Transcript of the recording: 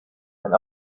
and